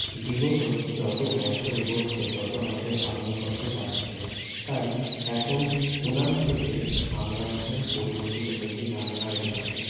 বিগত যত বছর এগোচ্ছে তত আমাদের আধুনিকত্ব বাড়ছে তাই এখন উনান থেকে আমরা এখন পরিবর্তিত হয়েছি রান্নার গ্যাসে